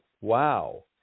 wow